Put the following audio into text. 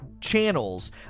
channels